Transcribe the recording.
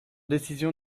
décision